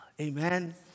Amen